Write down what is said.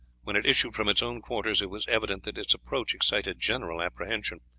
when it issued from its own quarters it was evident that its approach excited general apprehension.